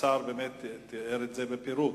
השר באמת תיאר את זה בפירוט.